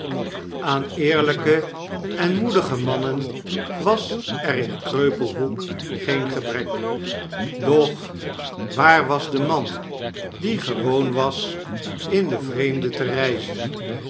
eerlyke en moedige mannen was er in kreupelhoek geen gebrek doch waar was de man die gewoon was in den vreemde te reizen